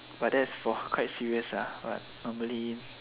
but that's for quite serious ah normally